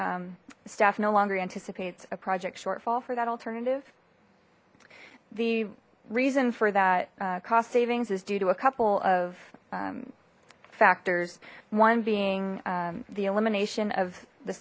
staff no longer anticipates a project shortfall for that alternative the reason for that cost savings is due to a couple of factors one being the elimination of the